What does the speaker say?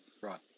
Right